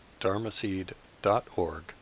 dharmaseed.org